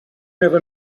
never